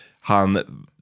Han